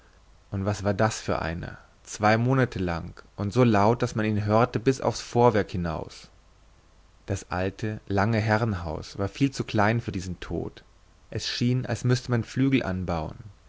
und was war das für einer zwei monate lang und so laut daß man ihn hörte bis aufs vorwerk hinaus das lange alte herrenhaus war zu klein für diesen tod es schien als müßte man flügel anbauen